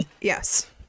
Yes